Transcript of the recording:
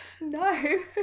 no